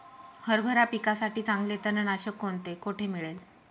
हरभरा पिकासाठी चांगले तणनाशक कोणते, कोठे मिळेल?